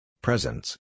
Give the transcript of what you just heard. Presence